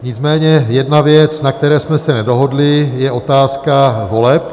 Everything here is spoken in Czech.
Nicméně jedna věc, na které jsme se nedohodli, je otázka voleb.